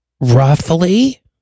Roughly